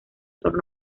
torno